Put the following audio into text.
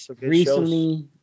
recently